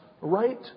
right